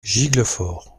giclefort